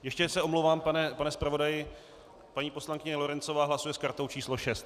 Ještě se omlouvám, pane zpravodaji paní poslankyně Lorencová hlasuje s kartou číslo 6.